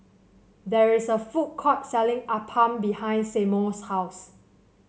there is a food court selling appam behind Seymour's house